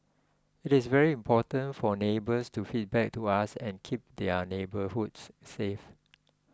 it is very important for neighbours to feedback to us and keep their neighbourhoods safe